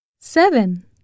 Seven